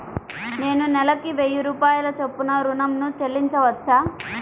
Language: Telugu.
నేను నెలకు వెయ్యి రూపాయల చొప్పున ఋణం ను చెల్లించవచ్చా?